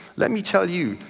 let me tell you,